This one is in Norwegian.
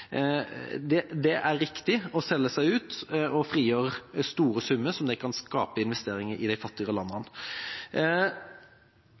Afrika. Det er riktig å selge seg ut og frigjøre store summer, så de kan skape investering i de fattigere